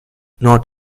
not